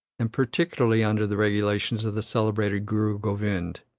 and particularly under the regulations of the celebrated guru govind,